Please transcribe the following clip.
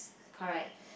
correct